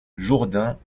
jourdain